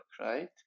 right